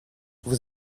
vous